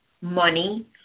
money